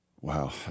Wow